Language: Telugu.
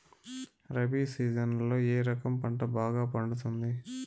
రబి సీజన్లలో ఏ రకం పంట బాగా పండుతుంది